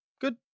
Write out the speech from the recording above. good